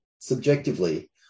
subjectively